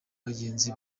bagenzi